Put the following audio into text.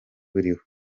buriho